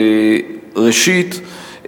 ראשית,